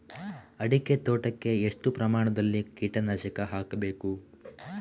ಅಡಿಕೆ ತೋಟಕ್ಕೆ ಎಷ್ಟು ಪ್ರಮಾಣದಲ್ಲಿ ಕೀಟನಾಶಕ ಹಾಕಬೇಕು?